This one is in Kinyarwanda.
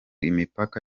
imipaka